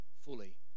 fully